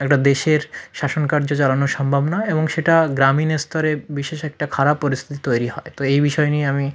একটা দেশের শাসনকার্য চালানো সম্ভব নয় এবং সেটা গ্রামীণ ইস্তরে বিশেষ একটা খারাপ পরিস্থিতি তৈরি হয় তো এই বিষয় নিয়ে আমি